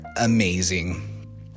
amazing